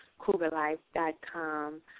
Cougarlife.com